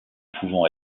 pouvant